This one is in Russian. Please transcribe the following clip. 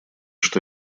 что